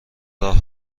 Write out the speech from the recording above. راه